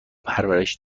پرورش